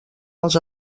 els